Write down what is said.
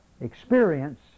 experience